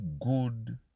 good